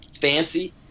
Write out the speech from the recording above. fancy